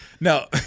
No